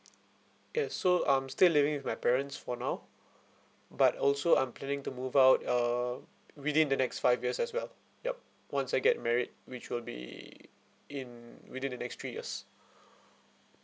yes so um still living with my parents for now but also I'm planning to move out uh within the next five years as well yup once I get married which will be in within the next three years